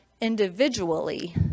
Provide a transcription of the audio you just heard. individually